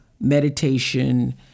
meditation